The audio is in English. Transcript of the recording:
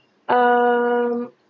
um